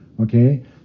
Okay